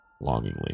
longingly